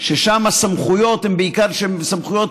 ששם הסמכויות הן סמכויות